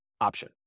option